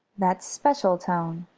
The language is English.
that special tone.